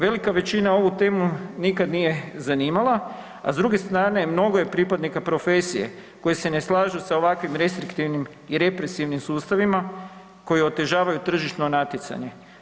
Velika većina ovu temu nikad nije zanimala, a s druge strane mnogo je pripadnika profesije koji se ne slažu sa ovakvim restriktivnim i represivnim sustavima koji otežavaju tržišno natjecanje.